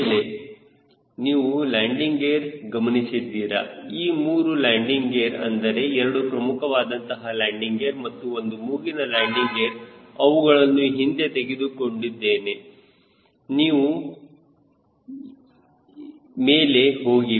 ಮೇಲೆ ನೀವು landing gear ಗಮನಿಸಿದ್ದೀರಾ ಈ 3 ಲ್ಯಾಂಡಿಂಗ್ ಗೇರ್ ಅಂದರೆ 2 ಪ್ರಮುಖವಾದಂತಹ ಲ್ಯಾಂಡಿಂಗ್ ಗೇರ್ ಮತ್ತು ಒಂದು ಮೂಗಿನ ಲ್ಯಾಂಡಿಂಗ್ ಗೇರ್ ಅವುಗಳನ್ನು ಹಿಂದೆ ತೆಗೆದುಕೊಂಡಿದ್ದೇನೆ ಅವು ನೀಲಿ ಹೋಗಿವೆ